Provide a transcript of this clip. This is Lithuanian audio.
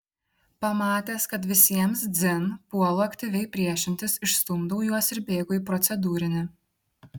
pamatęs kad visiems dzin puolu aktyviai priešintis išstumdau juos ir bėgu į procedūrinį